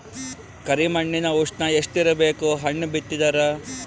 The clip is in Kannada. ಕರಿ ಮಣ್ಣಿನ ಉಷ್ಣ ಎಷ್ಟ ಇರಬೇಕು ಹಣ್ಣು ಬಿತ್ತಿದರ?